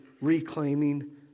reclaiming